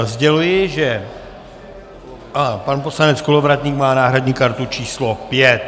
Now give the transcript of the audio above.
Sděluji, že pan poslanec Kolovratník má náhradní kartu číslo 5.